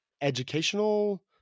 educational